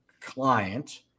client